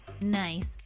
Nice